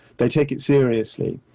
they take it seriously.